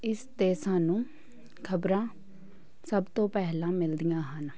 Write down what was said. ਇਸ 'ਤੇ ਸਾਨੂੰ ਖ਼ਬਰਾਂ ਸਭ ਤੋਂ ਪਹਿਲਾਂ ਮਿਲਦੀਆਂ ਹਨ